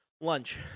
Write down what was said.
Lunch